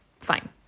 Fine